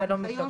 אתה לא מקבל.